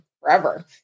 forever